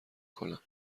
کنم